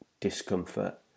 discomfort